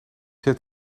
heeft